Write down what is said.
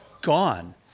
gone